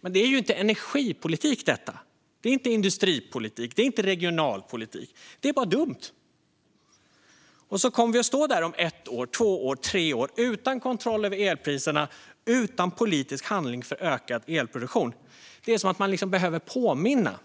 Men det är ju inte energipolitik, det är inte industripolitik och det är inte regionalpolitik. Det är bara dumt. Och så kommer vi att stå där om ett år, två år och tre år utan kontroll över elpriserna och utan politisk handling för ökad elproduktion. Det är som att man behöver påminna